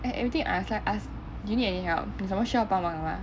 and everything I was like ask do you need any help 有什么需要帮忙的吗